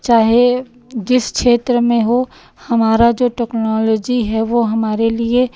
चाहे जिस क्षेत्र में हो हमारा जो टेक्नोलॉजी है वो हमारे लिए